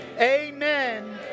Amen